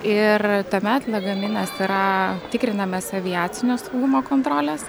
ir tuomet lagaminas yra tikrinamas aviacinio saugumo kontrolės